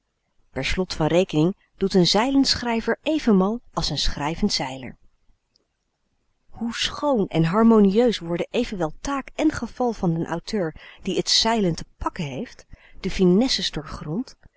per slot van rekening doet n d schrijver even mal als n schrijvend zeiler hoe schoon en harmonieus worden evenwel taak en geval van den auteur die t zeilen te pakken heeft de